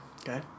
Okay